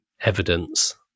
evidence